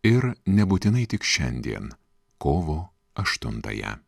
ir nebūtinai tik šiandien kovo aštuntąją